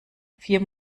vier